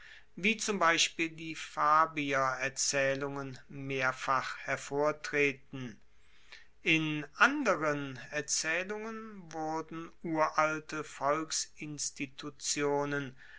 wie zum beispiel die fabiererzaehlungen mehrfach hervortreten in anderen erzaehlungen wurden uralte volksinstitutionen